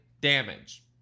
damage